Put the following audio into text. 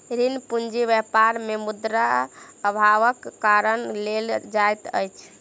ऋण पूंजी व्यापार मे मुद्रा अभावक कारण लेल जाइत अछि